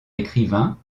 écrivain